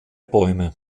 bäume